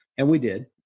and we did.